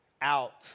out